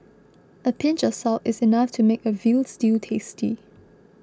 a pinch of salt is enough to make a Veal Stew tasty